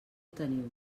teniu